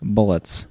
Bullets